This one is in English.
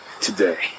today